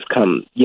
come